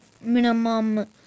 minimum